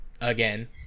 Again